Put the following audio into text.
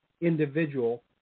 individual